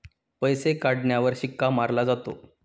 पैसे काढण्यावर शिक्का मारला जातो